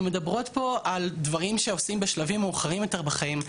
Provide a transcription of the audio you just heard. אנחנו מדברות פה על דברים שעושים בשלבים מאוחרים יותר בחיים.